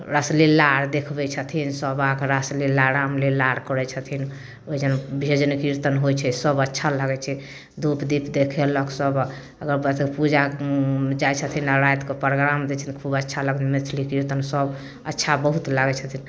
रासलीला आओर देखबै छथिन सब अहाँके रासलीला रामलीला आओर करै छथिन ओहिजन भजन कीर्तन होइ छै सब अच्छा लागै छै धूप दीप देखेलक सब अगर पूजा जाइ छथिन आओर रातिके प्रोग्राम दै छथिन खूब अच्छा लगै मैथिली कीर्तन सब अच्छा बहुत लागै छथिन